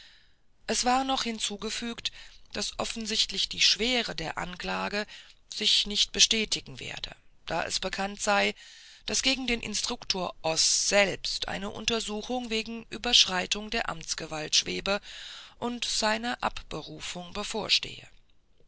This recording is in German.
es war noch hinzugefügt daß hoffentlich die schwere der anklage sich nicht bestätigen werde da es bekannt sei daß gegen den instruktor oß selbst eine untersuchung wegen überschreitung der amtsgewalt schwebe und seine abberufung bevorstehe